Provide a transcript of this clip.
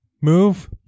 move